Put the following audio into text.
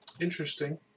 Interesting